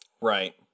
Right